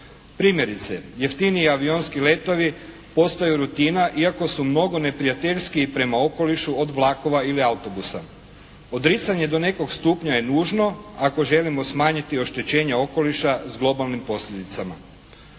Primjerice, jeftiniji avionski letovi postaju rutina, iako su mnogo neprijateljskiji prema okoliša od vlakova ili autobusa. Odricanje do nekog stupa je nužno ako želimo smanjiti oštećenja okoliša s globalnim posljedicama.